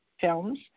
films